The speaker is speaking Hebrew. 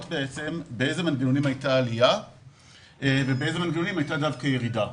באיזה מנגנונים הייתה עלייה ובאיזה מנגנונים דווקא הייתה ירידה.